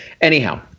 Anyhow